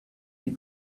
you